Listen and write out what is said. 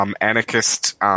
anarchist